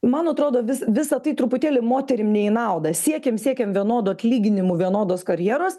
man atrodo vis visa tai truputėlį moterim ne į naudą siekiam siekiam vienodų atlyginimų vienodos karjeros